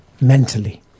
mentally